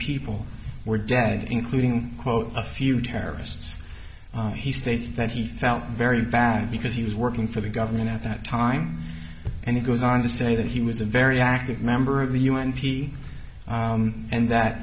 people were dead including quote a few terrorists he states that he felt very bad because he was working for the government at that time and he goes on to say that he was a very active member of the un p and that